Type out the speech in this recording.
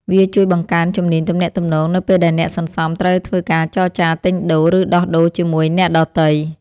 វាជួយបង្កើនជំនាញទំនាក់ទំនងនៅពេលដែលអ្នកសន្សំត្រូវធ្វើការចរចាទិញដូរ ឬដោះដូរជាមួយអ្នកដទៃ។